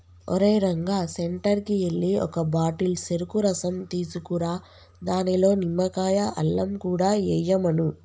ఓరేయ్ రంగా సెంటర్కి ఎల్లి ఒక బాటిల్ సెరుకు రసం తీసుకురా దానిలో నిమ్మకాయ, అల్లం కూడా ఎయ్యమను